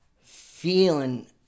feeling